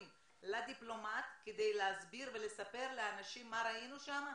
לדיפלומט כדי להסביר ולספר לאנשים מה ראינו שם,